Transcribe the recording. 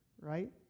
right